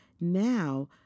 Now